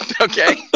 Okay